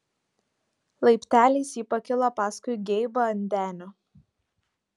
laipteliais ji pakilo paskui geibą ant denio